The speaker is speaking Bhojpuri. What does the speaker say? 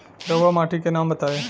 रहुआ माटी के नाम बताई?